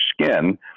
skin